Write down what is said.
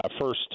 first